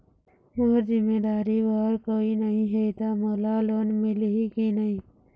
मोर जिम्मेदारी बर कोई नहीं हे त मोला लोन मिलही की नहीं?